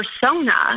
persona